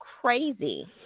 crazy